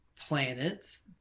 Planets